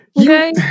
Okay